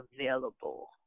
available